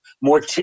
more